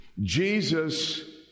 Jesus